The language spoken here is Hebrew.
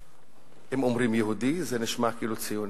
אם אומרים יהודי זה נשמע כאילו ציוני,